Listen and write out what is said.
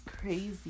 crazy